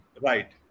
Right